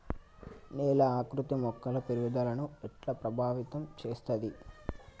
నేల ఆకృతి మొక్కల పెరుగుదలను ఎట్లా ప్రభావితం చేస్తది?